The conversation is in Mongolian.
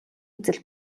үзэл